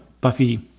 Buffy